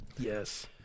yes